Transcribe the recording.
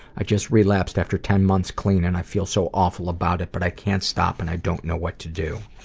i just relapsed after ten months clean and i feel so awful about it, but i can't stop and i don't know what to do